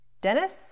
Dennis